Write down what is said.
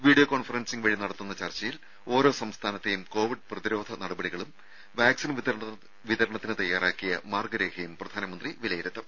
video conferencing വഴി നടത്തുന്ന ചർച്ചയിൽ ഓരോ സംസ്ഥാനത്തേയും കോവിഡ് പ്രതിരോധ നടപടികളും വാക്സിൻ വിതരണത്തിന് തയാറാക്കിയ മാർഗരേഖയും പ്രധാനമന്ത്രി വിലയിരുത്തും